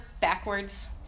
backwards